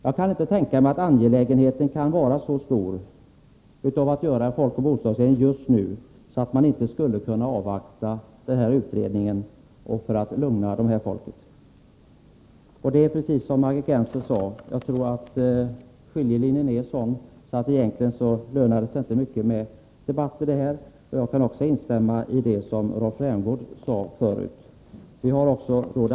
Jag kan inte tänka mig att angelägenheten kan vara så stor att göra folkoch bostadsräkningen just nu, att man inte skulle kunna avvakta den här utredningen. Liksom Margit Gennser tror jag emellertid att åsiktsskillnaden är sådan att det egentligen inte lönar sig att debattera den här frågan. Jag kan också instämma i det som Rolf Rämgård sade förut.